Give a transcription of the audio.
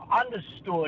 understood